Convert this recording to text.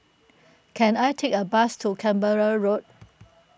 can I take a bus to Canberra Road